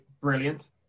brilliant